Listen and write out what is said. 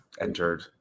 entered